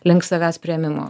link savęs priėmimo